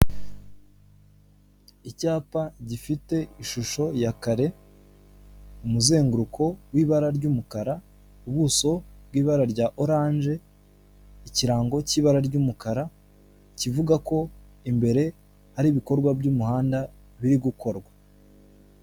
Icyapa gifite ishusho ya kare, umuzenguruko w'ibara ry'umukara, ubuso bw'ibara rya orange, ikirango cy'ibara ry'umukara kivuga ko imbere ari ibikorwa by'umuhanda biri gukorwa.